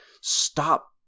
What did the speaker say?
Stop